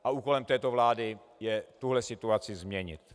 A úkolem této vlády je tuhle situaci změnit.